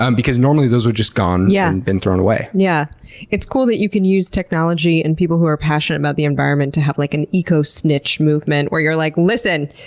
um because normally those were just gone yeah and would've been thrown away. yeah it's cool that you can use technology and people who are passionate about the environment to have like an eco-snitch movement where you're like, listen,